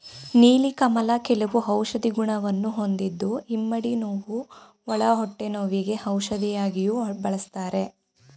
ನೀಲಿ ಕಮಲ ಕೆಲವು ಔಷಧಿ ಗುಣವನ್ನು ಹೊಂದಿದ್ದು ಇಮ್ಮಡಿ ನೋವು, ಒಳ ಹೊಟ್ಟೆ ನೋವಿಗೆ ಔಷಧಿಯಾಗಿಯೂ ಬಳ್ಸತ್ತರೆ